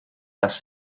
dass